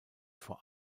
vor